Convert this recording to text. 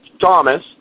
Thomas